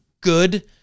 good